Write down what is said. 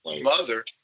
mother